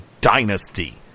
dynasty